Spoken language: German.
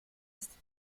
ist